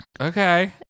Okay